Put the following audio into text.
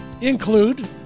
include